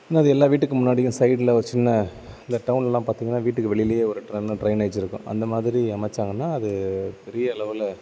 அது இன்னும் இது எல்லா வீட்டுக்கு முன்னாடியும் சைடில் ஒரு சின்ன இந்த டவுன்லெலாம் பார்த்தீங்கன்னா வீட்டுக்கு வெளியிலேயே ஒரு ட்ரன் ட்ரைனேஜ் இருக்கும் அந்தமாதிரி அமைத்தாங்கன்னா அது பெரிய அளவில்